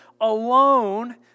alone